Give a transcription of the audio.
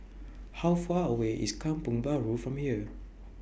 How Far away IS Kampong Bahru from here